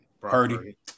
Purdy